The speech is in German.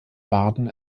barden